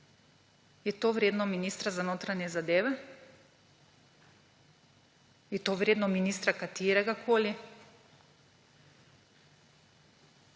Je to vredno ministra za notranje zadeve? Je to vredno kateregakoli